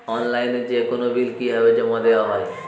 অনলাইনে যেকোনো বিল কিভাবে জমা দেওয়া হয়?